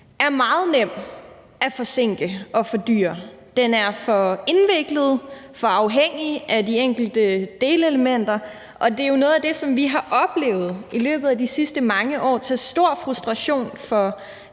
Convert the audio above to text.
er meget nem at forsinke og fordyre. Den er for indviklet, for afhængig af de enkelte delelementer. Og det er jo noget af det, som vi har oplevet i løbet af de sidste mange år til stor frustration for